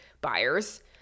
buyers